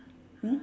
hmm